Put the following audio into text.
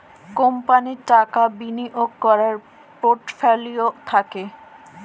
কোম্পানির টাকা বিনিয়োগ করার পোর্টফোলিও থাকে